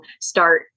start